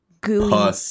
gooey